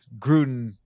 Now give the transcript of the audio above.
Gruden